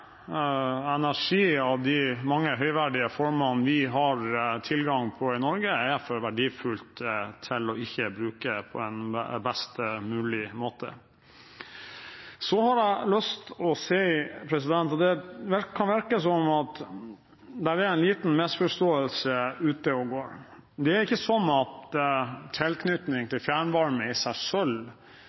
Energi av de mange høyverdige formene vi har tilgang på i Norge, er for verdifullt til ikke å brukes på en best mulig måte. Så har jeg lyst til å si at det kan virke som om det er en liten misforståelse ute og går. Det er ikke sånn at tilknytning til fjernvarme i seg